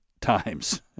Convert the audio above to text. times